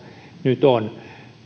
nyt